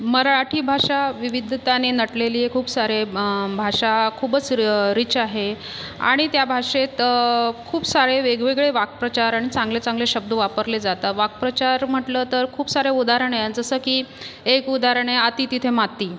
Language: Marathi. मराठी भाषा विविधतेने नटलेली आहे खूप सारे भाषा खूपच र रिच आहे आणि त्या भाषेत खूप सारे वेगवेगळे वाक्प्रचार आणि चांगले चांगले शब्द वापरले जातात वाक्प्रचार म्हटलं तर खूप साऱ्या उदाहरण आहे जसं की एक उदाहरण आहे अति तिथे माती